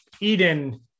eden